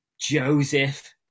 Joseph